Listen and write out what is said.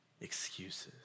excuses